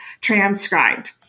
transcribed